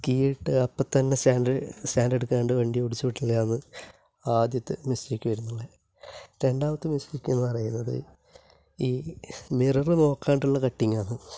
key ഇട്ടു അപ്പ തന്നെ സ്റ്റാന്ഡ് സ്റ്റാൻഡ് എടുക്കാണ്ട് വണ്ടി ഓടിച്ചു പോയിട്ടുള്ളതാണ് ആദ്യത്തെ മിസ്റ്റേക്കില് വരുന്നവ രണ്ടാമത്തെ മിസ്റ്റേക്ക് എന്ന് പറയുന്നത് ഈ മിററ് നോക്കാതെയുള്ള കട്ടിങ്ങാണ്